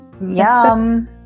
Yum